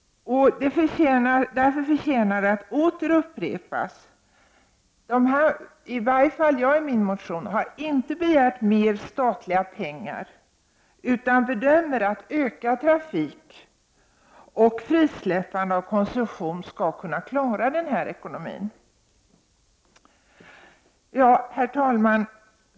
Därför förtjänar detta att upprepas. Jag har inte i min motion begärt mera statliga pengar. Jag bedömer att ökad trafik och frisläppande av koncessionen skall kunna klara ekonomin. Herr talman!